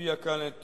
אביע כאן את